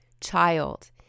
child